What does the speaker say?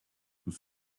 tout